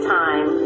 time